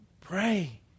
pray